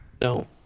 No